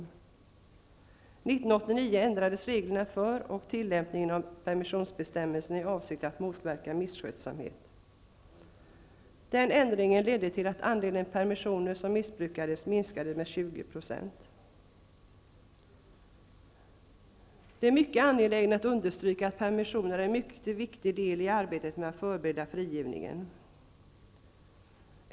1989 ändrades reglerna för permissioner och tillämpningen av dem i avsikt att motverka misskötsamhet. Den ändringen ledde till att andelen permissioner som missbrukades minskade med 20 %. Det är angeläget att understryka att permissioner är en mycket viktig del i arbetet med att förbereda frigivningen.